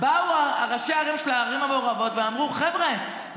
באו ראשי הערים של הערים המעורבות ואמרו: חבר'ה,